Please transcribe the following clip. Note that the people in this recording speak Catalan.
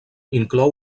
inclou